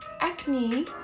acne